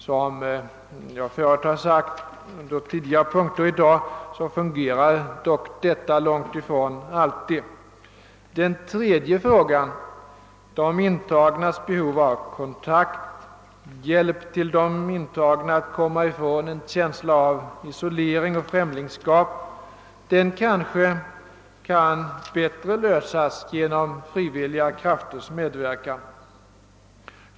Som jag förut sagt, när vi behandlade ett par andra punkter tidigare i dag, fungerar emellertid detta långt ifrån alltid. Den tredje frågan, de f.d. intagnas behov av kontakter samt hjälp till dem iör att komma ifrån en känsla av isolering och främlingskap, kanske kan lösas bättre genom frivilliga krafters medverkan.